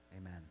Amen